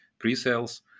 pre-sales